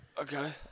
Okay